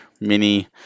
Mini